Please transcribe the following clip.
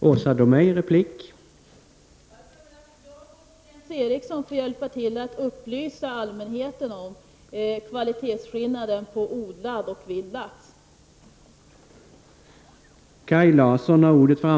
Herr talman! Jag tror att jag och Jens Eriksson får hjälpa till att upplysa allmänheten om kvalitetsskillnaden mellan odlad och vild lax.